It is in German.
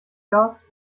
gas